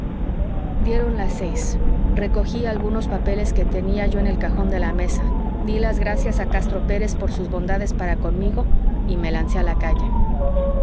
dieron las seis recogí algunos papeles que tenía yo en el cajón de la mesa dí las gracias a castro pérez por sus bondades para conmigo y me lancé a la calle